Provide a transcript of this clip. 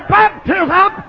baptism